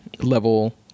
level